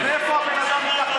ומאיפה הבן אדם ייקח את